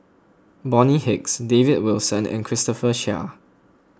Bonny Hicks David Wilson and Christopher Chia